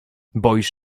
boisz